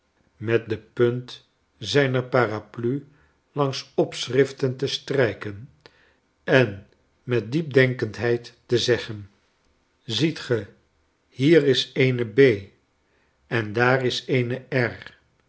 met de punt zijner paraplu langs opschriften te strijken en met diepdenkendheid te zeggen ziet ge hier is eene b en daar is eene